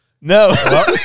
No